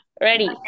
Ready